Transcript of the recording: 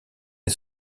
est